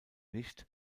nicht